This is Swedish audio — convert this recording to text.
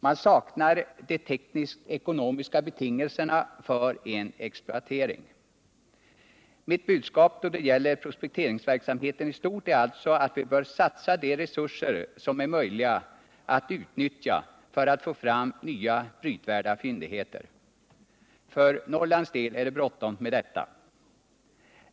Man saknar de teknisk-ekonomiska betingelserna för en exploatering. Mitt budskap då det gäller prospekteringsverksamheten i stort är alltså att vi bör satsa de resurser som är möjliga att utnyttja för att få fram nya brytvärda fyndigheter. För Norrlands del är det bråttom med detta.